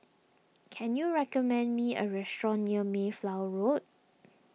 can you recommend me a restaurant near Mayflower Road